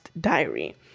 diary